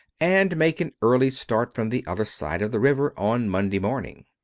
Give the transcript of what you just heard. and make an early start from the other side of the river on monday morning.